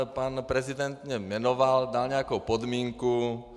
Pan prezident mě jmenoval, dal nějakou podmínku.